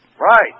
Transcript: Right